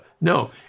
No